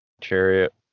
Chariot